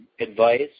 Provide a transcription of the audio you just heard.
advice